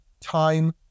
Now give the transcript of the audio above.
time